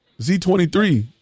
Z23